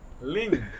Link